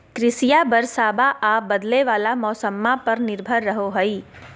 कृषिया बरसाबा आ बदले वाला मौसम्मा पर निर्भर रहो हई